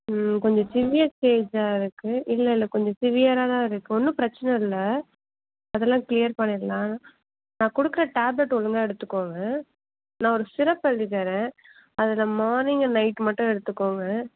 கொஞ்சம் சிவியர் ஸ்டேஜ்ஜாக இருக்கு இல்லை இல்லை கொஞ்சம் சிவியராக தான் இருக்கு ஒன்றும் பிரச்சனை இல்லை அதுலாம் க்ளியர் பண்ணிர்லாம் நான் கொடுக்கற டேப்லெட் ஒழுங்காக எடுத்துக்கோங்க நான் ஒரு சிரப் எழுதித் தரேன் அதில் மார்னிங் அண்ட் நைட் மட்டும் எடுத்துக்கோங்க